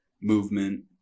movement